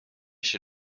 chez